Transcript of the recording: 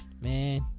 Man